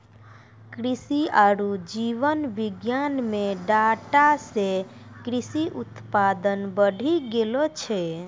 कृषि आरु जीव विज्ञान मे डाटा से कृषि उत्पादन बढ़ी गेलो छै